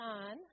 on